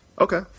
Okay